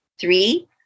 Three